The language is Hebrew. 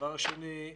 דבר שני,